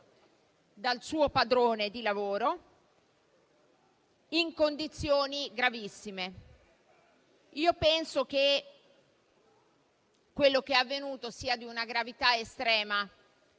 dal suo padrone di lavoro in condizioni gravissime. Io penso che quanto avvenuto sia di una gravità estrema,